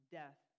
death